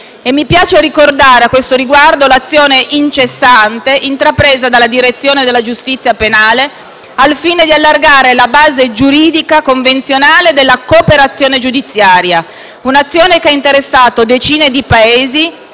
Mi piace ricordare, a questo riguardo, l'azione incessante intrapresa dalla Direzione della giustizia penale al fine di allargare la base giuridica convenzionale della cooperazione giudiziaria, un'azione che ha interessato decine di Paesi